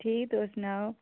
ठीक तुस सनाओ